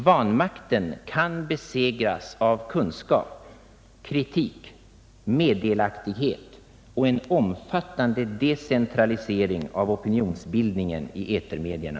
Vanmakten kan besegras av kunskap, kritik, meddelaktighet och en omfattande decentralisering av opinionsbildningen i etermedierna.